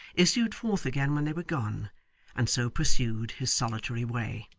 issued forth again when they were gone and so pursued his solitary way.